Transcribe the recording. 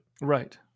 Right